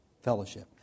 Fellowship